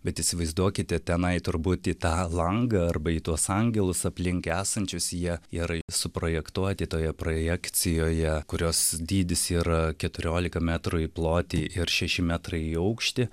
bet įsivaizduokite tenai turbūt į tą langą arba į tuos angelus aplink esančius jie jie yra suprojektuoti toje projekcijoje kurios dydis yra keturiolika metrų į plotį ir šeši metrai į aukštį